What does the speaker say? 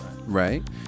right